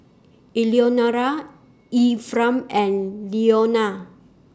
Eleonora Ephram and Leonia